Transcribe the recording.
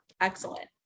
excellent